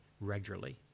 regularly